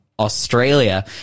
australia